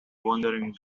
wandering